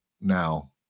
now